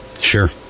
Sure